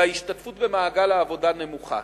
וההשתתפות שלהן במעגל העבודה נמוכה.